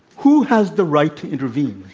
who has the right to intervene?